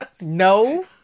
No